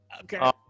Okay